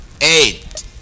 eight